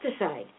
pesticide